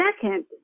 second